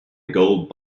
gold